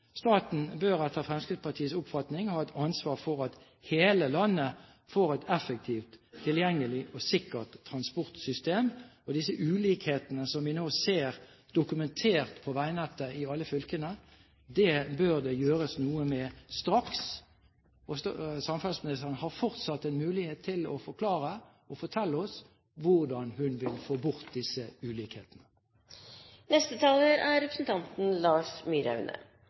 Staten bør etter Fremskrittspartiets oppfatning ha ansvar for at hele landet får et effektivt, tilgjengelig og sikkert transportsystem. Disse ulikhetene vi ser dokumentert på veinettet i alle fylker, bør det straks gjøres noe med. Samferdselsministeren har fortsatt en mulighet til å fortelle oss hvordan hun vil få bort disse ulikhetene.